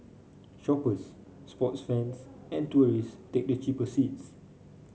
shoppers sports fans and tourist take the cheaper seats